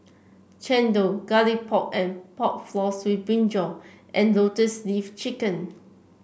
chendol Garlic Pork and Pork Floss with brinjal and Lotus Leaf Chicken